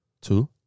Two